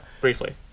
Briefly